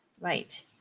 right